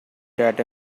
that